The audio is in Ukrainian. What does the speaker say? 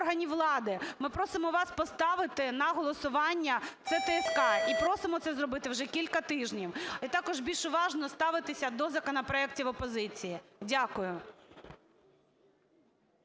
Ми просимо вас поставити на голосування це ТСК, і просимо це зробити вже кілька тижнів, і також більш уважно ставитися до законопроектів опозиції. Дякую.